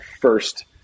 first